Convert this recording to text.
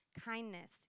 kindness